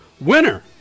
winner